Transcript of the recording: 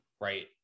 Right